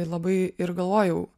ir labai ir galvojau